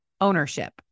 ownership